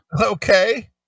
Okay